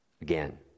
again